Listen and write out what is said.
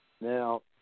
Now